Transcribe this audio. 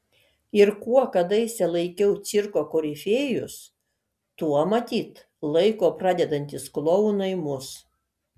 ir kuo kadaise laikiau cirko korifėjus tuo matyt laiko pradedantys klounai mus